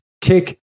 tick